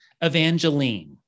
Evangeline